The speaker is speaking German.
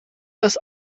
das